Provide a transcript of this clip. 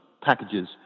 packages